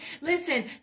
Listen